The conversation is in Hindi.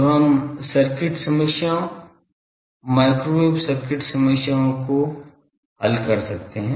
तो हम सर्किट समस्याओं माइक्रोवेव सर्किट समस्याओं को कर सकते हैं